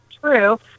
true